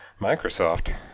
Microsoft